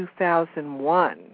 2001